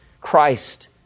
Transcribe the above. Christ